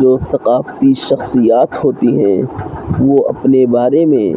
جو ثقافتی شخصیات ہوتی ہیں وہ اپنے بارے میں